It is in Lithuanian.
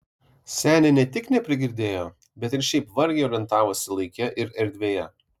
senė ne tik neprigirdėjo bet ir šiaip vargiai orientavosi laike ir erdvėje